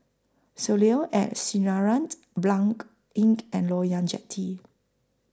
Soleil ad Sinarans Blanc Inn and Loyang Jetty